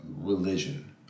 religion